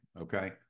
okay